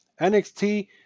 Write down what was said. NXT